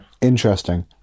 interesting